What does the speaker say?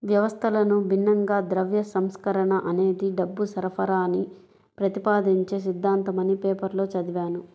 వ్యవస్థకు భిన్నంగా ద్రవ్య సంస్కరణ అనేది డబ్బు సరఫరాని ప్రతిపాదించే సిద్ధాంతమని పేపర్లో చదివాను